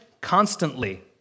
constantly